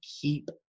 keep